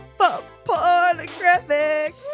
pornographic